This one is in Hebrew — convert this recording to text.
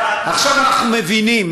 עכשיו אנחנו מבינים.